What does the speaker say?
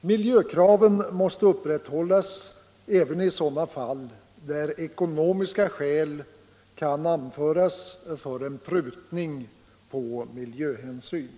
Miljökraven måste upprätthållas även i sådana fall där ekonomiska skäl kan anföras för en prutning på miljöhänsyn.